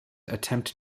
attempt